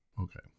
Okay